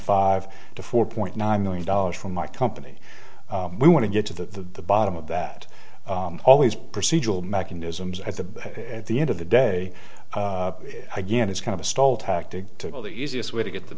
five to four point nine million dollars from my company we want to get to the bottom of that always procedural mechanisms at the at the end of the day again it's kind of a stall tactic to all the easiest way to get the